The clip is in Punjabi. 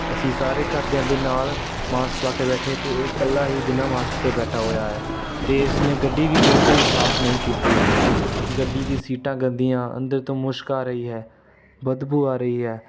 ਅਸੀਂ ਸਾਰੇ ਘਰਦਿਆਂ ਦੇ ਨਾਲ ਮਾਸਕ ਪਾ ਕੇ ਬੈਠੇ ਅਤੇ ਇਹ ਇਕੱਲਾ ਹੀ ਬਿਨਾ ਮਾਸਕ ਤੋਂ ਬੈਠਾ ਹੋਇਆ ਹੈ ਅਤੇ ਇਸ ਨੇ ਗੱਡੀ ਵੀ ਬਿਲਕੁਲ ਸਾਫ਼ ਨਹੀਂ ਕੀਤੀ ਹੋਈ ਗੱਡੀ ਦੀਆਂ ਸੀਟਾਂ ਗੱਡੀ ਆਂ ਅੰਦਰ ਤੋਂ ਮੁਸ਼ਕ ਆ ਰਹੀ ਹੈ ਬਦਬੂ ਆ ਰਹੀ ਹੈ